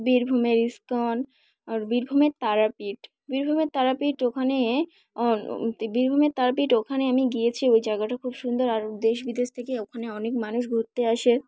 বীরভূমের ইস্কন আর বীরভূমের তারাপীঠ বীরভূমের তারাপীঠ ওখানে বীরভূমের তারাপীঠ ওখানে আমি গিয়েছি ওই জায়গাটা খুব সুন্দর আর দেশ বিদেশ থেকে ওখানে অনেক মানুষ ঘুরতে আসে